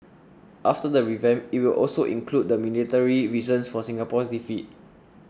after the revamp it will also include the military reasons for Singapore's defeat